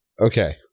Okay